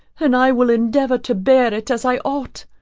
and i will endeavour to bear it as i ought.